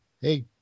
hey